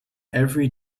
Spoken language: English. every